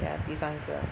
ya 第三者